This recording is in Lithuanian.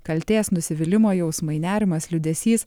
kaltės nusivylimo jausmai nerimas liūdesys